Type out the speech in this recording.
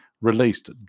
released